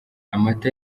amata